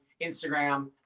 Instagram